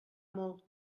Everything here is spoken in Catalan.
molt